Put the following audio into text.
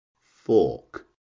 fork